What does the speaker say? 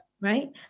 right